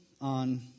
on